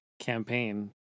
campaign